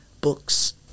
books